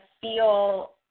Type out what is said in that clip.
feel